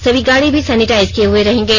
सभी गाड़ी भी सैनिटाइज किए हुए रहेंगें